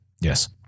Yes